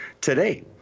today